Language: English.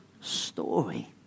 story